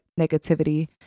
negativity